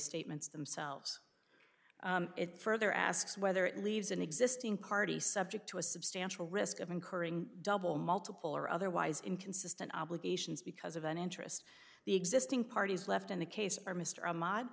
statements themselves it further asks whether it leaves an existing party subject to a substantial risk of incurring double multiple or otherwise inconsistent obligations because of an interest the existing parties left in the case are mr